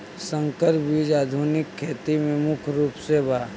संकर बीज आधुनिक खेती में मुख्य रूप से बा